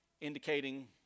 indicating